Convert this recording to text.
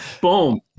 boom